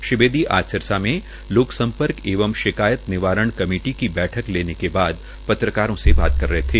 श्री बेदी आज सिरसा में लोग सम्पर्क एवं शिकायत निवारण कमेटी की बैठक लेने के बाद पत्रकारों से बातचीत से बात कर रहे थे